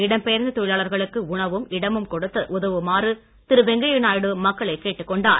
இடம் பெயர்ந்த தொழிலாளர்களுக்கு உணவும் இடமும் கொடுத்து உதவுமாறு திரு வெங்கைய நாயுடு மக்களை கேட்டுக் கொண்டார்